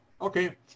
Okay